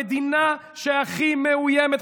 המדינה שהכי מאוימת,